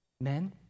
Men